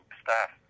staff